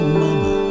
mama